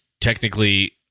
technically